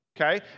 okay